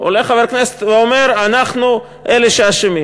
עולה חבר כנסת ואומר: אנחנו אלה שאשמים.